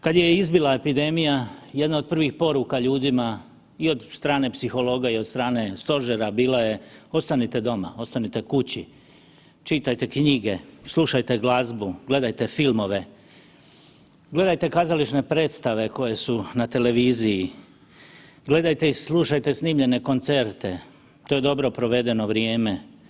Kad je izbila epidemija, jedna od prvih poruka ljudima i od strane psihologa i od strane stožera bila je ostanite doma, ostanite kući, čitajte knjige, slušajte glazbu, gledajte filmove, gledajte kazališne predstave koje su na televiziji, gledajte i slušajte snimljene koncerte, to je dobro provedeno vrijeme.